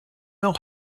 know